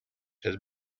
had